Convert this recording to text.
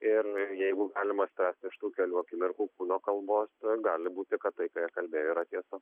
ir jeigu galima spręst iš tų kelių akimirkų kūno kalbos gali būti kad tai ką jie kalbėjo yra tiesa